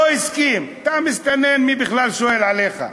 לא הסכים: אתה מסתנן, מי בכלל שואל עליך?